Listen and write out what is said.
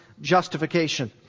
justification